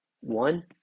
one